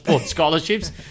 scholarships